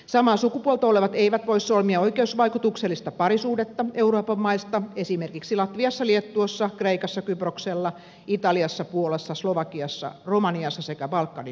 samaa sukupuolta olevat eivät voi solmia oikeusvaikutuksellista parisuhdetta euroopan maista esimerkiksi latviassa liettuassa kreikassa kyproksella italiassa puolassa slovakiassa romaniassa sekä balkanin maissa